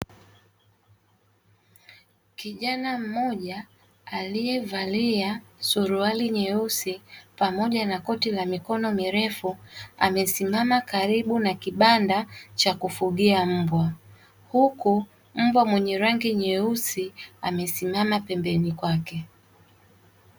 Kijana mmoja aliyevalia suruali nyeusi pamoja na koti la mikono mirefu, amesimama karibu na kibanda cha kufugia mbwa, huku mbwa mwenye rangi nyeusi amesimama pembeni yake.